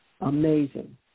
Amazing